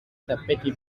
tappeti